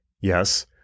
yes